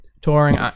touring